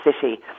city